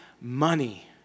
money